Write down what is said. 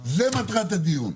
זו מטרת הדיון.